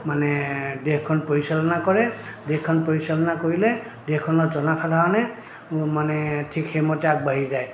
মানে দেশখন পৰিচালনা কৰে দেশখন পৰিচালনা কৰিলে দেশখনৰ জনসাধাৰণে মানে ঠিক সেইমতে আগবাঢ়ি যায়